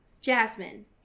Jasmine